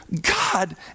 God